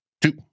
two